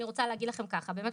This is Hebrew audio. אני רוצה להגיד לכם ככה: באמת,